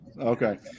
okay